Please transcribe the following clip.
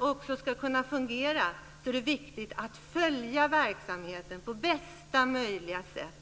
också ska kunna fungera är det viktigt att följa verksamheten på bästa möjliga sätt.